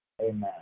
Amen